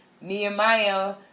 Nehemiah